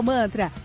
Mantra